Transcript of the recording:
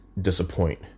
disappoint